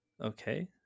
okay